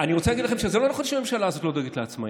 רוצה להגיד לכם שזה לא נכון שהממשלה הזאת לא דואגת לעצמאים.